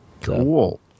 Cool